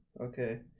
Okay